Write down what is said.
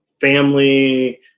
family